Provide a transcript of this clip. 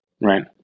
Right